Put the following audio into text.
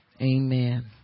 amen